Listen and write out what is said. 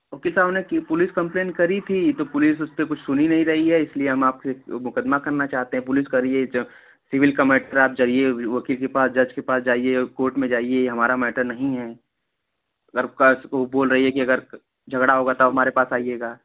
वकील साहब हमने की पुलिस कंप्लेंट करी थी तो पुलिस उस पर कुछ सुन ही नहीं रही है इसलिए हम आपसे मुकदमा करना चाहते हैं पुलिस कह रही है ये जो सिविल का मैटर है आप जाइए वकील के पास जज के पास जाइए कोर्ट में जाइए ये हमारा मैटर नहीं है अगर कास्त को बोल रही है कि अगर झगड़ा होगा तो आप हमारे पास आइएगा